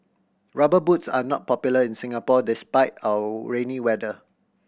Rubber Boots are not popular in Singapore despite our rainy weather